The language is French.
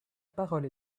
parole